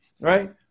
right